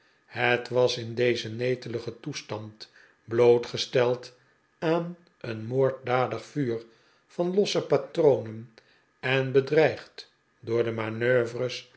het was in dezeh neteligen toestand blootgesteld aan een moorddadig vuur van losse patronen en bedreigd door de manoeuvres